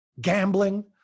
gambling